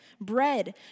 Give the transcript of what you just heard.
bread